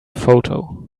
photo